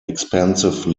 expensive